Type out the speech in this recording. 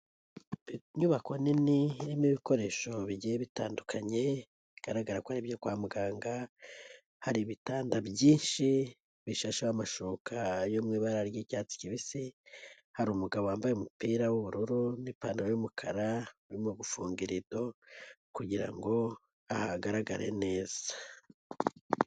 Inyubako nini irimo ibikoresho bigiye bitandukanye bigaragara ko ari ibyo kwa muganga hari ibitanda byinshi bishashaho amashoka yo mu ibara ry'icyatsi kibisi hari umugabo wambaye umupira w'ubururu n'ipantaro y'umukara urimo gufunga irido kugira ngo hagaragare neza.